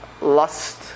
lust